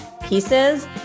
pieces